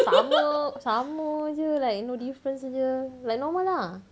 sama sama jer like no difference jer like normal lah